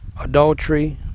adultery